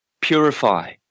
purify